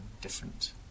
different